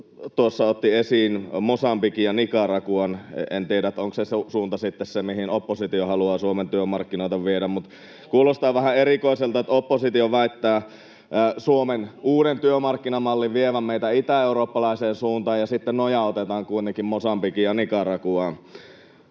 tuossa otti esiin Mosambikin ja Nicaraguan. En tiedä, onko se sitten se suunta, mihin oppositio haluaa Suomen työmarkkinoita viedä. Kuulostaa vähän erikoiselta, että oppositio väittää Suomen uuden työmarkkinamallin vievän meitä itäeurooppalaiseen suuntaan ja sitten noja otetaan kuitenkin Mosambikiin ja Nicaraguaan.